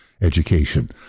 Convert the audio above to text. education